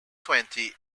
twenty